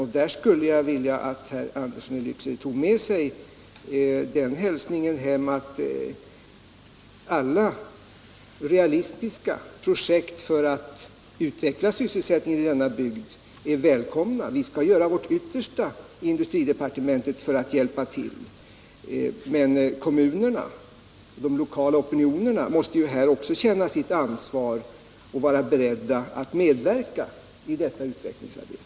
Det vore bra om herr Andersson i Lycksele tog med sig den hälsningen hem att alla realistiska projekt för utveckling av sysselsättningen i denna bygd är välkomna. Vi skall i industridepartementet göra vårt ytter sta för att hjälpa, men kommunerna och de lokala opinionerna måste också känna sitt ansvar och vara beredda att medverka i detta utvecklingsarbete.